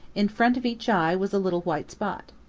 in front of each eye was a little white spot.